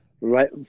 right